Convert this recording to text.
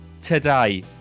today